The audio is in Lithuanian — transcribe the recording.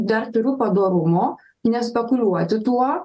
dar turiu padorumo nespekuliuoti tuo